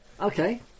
okay